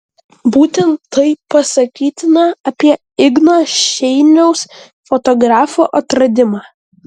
būtent tai pasakytina apie igno šeiniaus fotografo atradimą